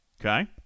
Okay